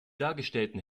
dargestellten